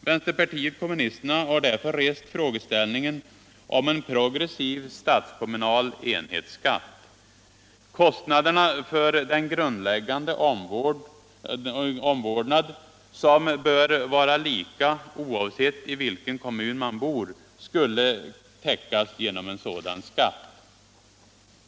Vänsterpartiet kommunisterna har därför rest frågeställningen om en progressiv statskommunal enhetsskatt. Kostnaderna för den grundläggande omvårdnaden, som bör vara lika oavsett i vilken kommun man bor, skulle täckas genom en sådan skatt.